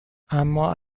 اما